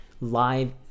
live